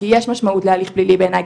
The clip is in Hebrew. כי יש משמעות להליך פלילי בעיניי,